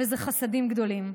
וזה חסדים גדולים.